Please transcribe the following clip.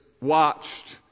watched